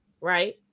right